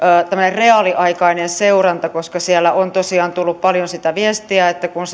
reaaliaikainen seuranta koska siellä on tosiaan tullut paljon sitä viestiä että kun